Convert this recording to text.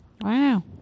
Wow